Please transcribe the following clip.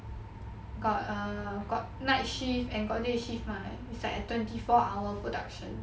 got err got night shift and got day shift mah it's like a twenty four hour production